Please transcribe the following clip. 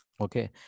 Okay